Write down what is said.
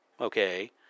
Okay